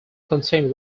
contain